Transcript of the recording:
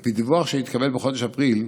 על פי דיווח שהתקבל בחודש אפריל,